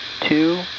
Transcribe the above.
two